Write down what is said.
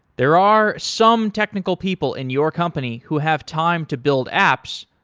there are some technical people in your company who have time to build apps,